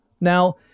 Now